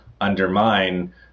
undermine